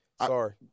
Sorry